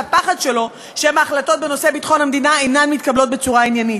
והפחד שלו שמא החלטות בנושא ביטחון המדינה אינן מתקבלות בצורה עניינית,